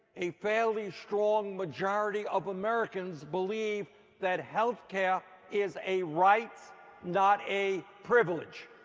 a fairly strong majority of americans believe that health care is a right not a privilege.